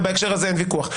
ובהקשר הזה אין ויכוח.